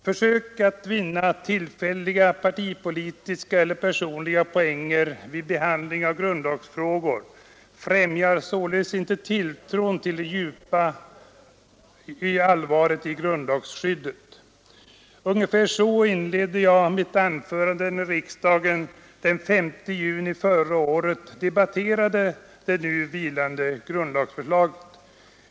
Försök att vinna tillfälliga partipolitiska eller personliga poänger vid behandling av grundlagsfrågor främjar således inte tilltron till det djupa allvaret i grundlagsskyddet. Ungefär så inledde jag mitt anförande när riksdagen den 5 juni förra året debatterade det nu vilande grundlagsförslaget.